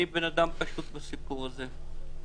אני בן אדם פשוט בסיפור הזה.